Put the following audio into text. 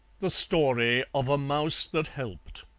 the story of a mouse that helped